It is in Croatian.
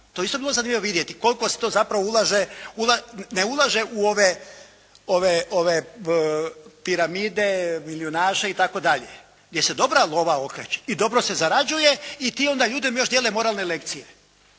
je isto bilo zanimljivo vidjeti koliko se to zapravo ulaže, ne ulaže u ove "Piramide", "milijunaše" itd., gdje se dobra lova okreće i dobro se zarađuje i tim ljudima onda još dijele moralne lekcije.